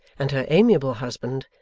and her amiable husband,